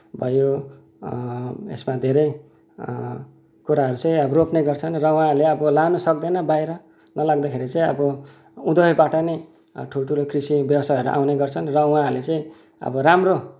भयो यसमा धेरै कुराहरू चाहिँ अब रोप्ने गर्छन् र उहाँले अब लान सक्दैन बाहिर नलाँदा चाहिँ उँधैबाट नै ठुल्ठुलो कृषि व्यवसायहरू आउने गर्छन् र उहाँहरूले चाहिँ अब राम्रो